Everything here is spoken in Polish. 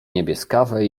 niebieskawe